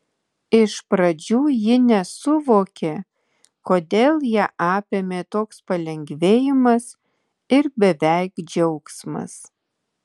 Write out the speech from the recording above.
iš pradžių ji nesuvokė kodėl ją apėmė toks palengvėjimas ir beveik džiaugsmas